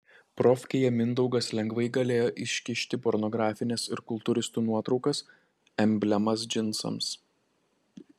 profkėje mindaugas lengvai galėjo iškišti pornografines ir kultūristų nuotraukas emblemas džinsams